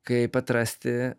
kaip atrasti